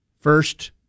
first